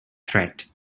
threat